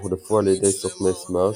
הוחלפו על ידי סוכני "סמרש",